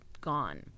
gone